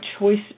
choice